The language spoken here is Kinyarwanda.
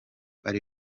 ari